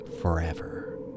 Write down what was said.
forever